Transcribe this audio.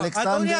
תראו,